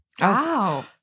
Wow